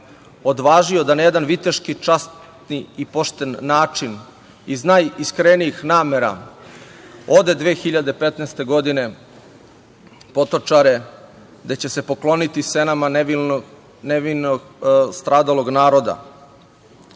odvažio da na jedan viteški, časni i pošten način iz najiskrenijih namera ode 2015. godine u Potočare, gde će se pokloniti senama nevino stradalog naroda,